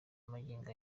magingo